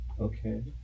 Okay